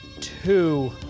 two